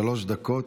שלוש דקות.